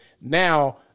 now